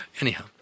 Anyhow